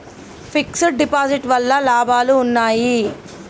Fix డ్ deposit వల్ల లాభాలు ఉన్నాయి?